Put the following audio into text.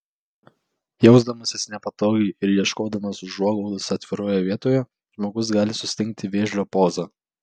jausdamasis nepatogiai ir ieškodamas užuoglaudos atviroje vietoje žmogus gali sustingti vėžlio poza